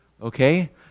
Okay